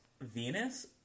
Venus